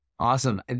Awesome